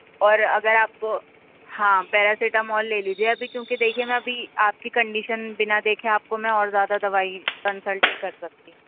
اور اگر آپ کو ہاں پیراسیٹامول لے لیجئے ابھی کیونکہ دیکھئے میں ابھی آپ کی کنڈیشن بنا دیکھے آپ کو میں اور زیادہ دوائی کنسلٹ نہیں کر سکتی